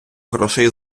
грошей